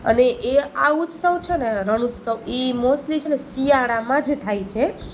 અને એ આ ઉત્સવ છે ને રણ ઉત્સવ એ મોસ્ટલી છે ને શિયાળામાં જ થાય છે અને